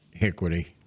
Equity